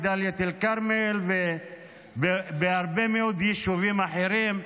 דאלית אל-כרמל והרבה מאוד יישובים אחרים.